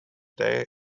they